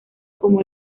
como